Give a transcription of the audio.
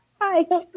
Hi